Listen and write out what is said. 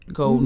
go